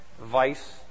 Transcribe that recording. vice